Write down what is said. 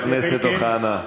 הנאום שלך היה מתלהם.